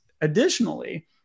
additionally